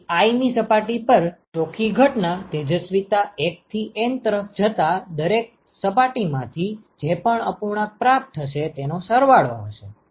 તેથી i મી સપાટી પર ચોખ્ખી ઘટના તેજસ્વિતા 1 થી N તરફ જતા દરેક સપાટીમાંથી જે પણ અપૂર્ણાંક પ્રાપ્ત થશે તેનો સરવાળો હશે